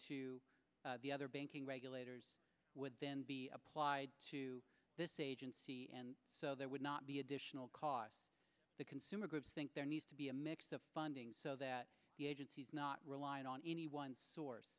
to the other banking regulators would then be applied to this agency and so there would not be additional cost the consumer goods think there needs to be a mix of funding so that the agency is not reliant on any one source